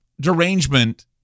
derangement